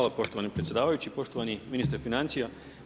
Hvala poštovani predsjedavajući, poštovani ministre financija.